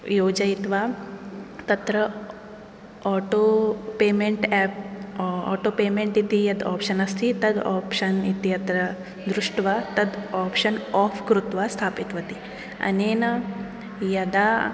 योजयित्वा तत्र auto payment app auto payment इति यत् आप्शन् अस्ति तत् आप्शन् इत्यत्र दृष्ट्वा तद् आप्शन् आफ़् कृत्वा स्थापितवती अनेन यदा